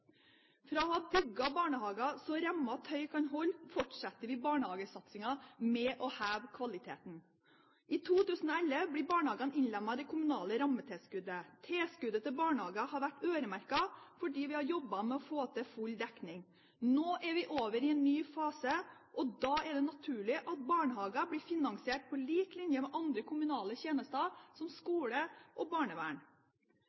for de få har barnehager blitt et tilbud til det store flertall av barna mellom ett og seks år. Fra å ha bygget barnehager alt hva remmer og tøy kan holde fortsetter vi barnehagesatsingen med å heve kvaliteten. I 2011 blir barnehagene innlemmet i det kommunale rammetilskuddet. Tilskuddet til barnehager har vært øremerket fordi vi har jobbet med å få til full dekning. Nå er vi over i en ny fase, og da er det naturlig at barnehager blir